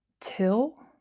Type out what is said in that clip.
till